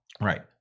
right